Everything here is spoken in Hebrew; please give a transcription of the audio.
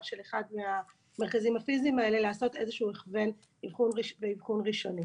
של אחד מהמרכזים הפיזיים האלה לעשות איזה שהוא הכוון ואבחון ראשוני.